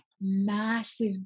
massive